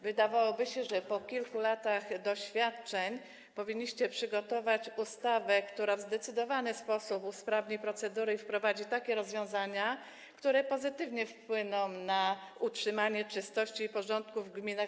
Wydawałoby się, że po kilku latach doświadczeń powinniście przygotować ustawę, która w zdecydowany sposób usprawni procedury i wprowadzi takie rozwiązania, które pozytywnie wpłyną na utrzymanie czystości i porządku w gminach.